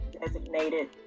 designated